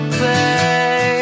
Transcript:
play